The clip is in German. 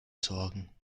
sorgen